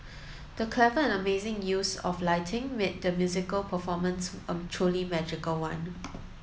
the clever and amazing use of lighting made the musical performance a truly magical one